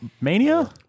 Mania